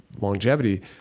Longevity